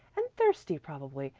and thirsty, probably,